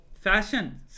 fashion